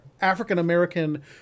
African-American